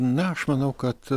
na aš manau kad